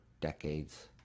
decades